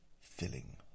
filling